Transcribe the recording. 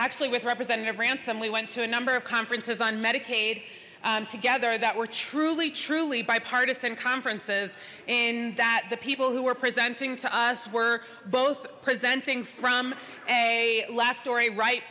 actually with representative ransom we went to a number of conferences on medicaid together that were truly truly bipartisan conferences in that the people who were presenting to us were both presenting from a